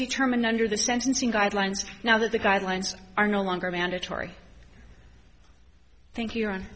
determined under the sentencing guidelines now that the guidelines are no longer mandatory thank